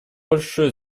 большое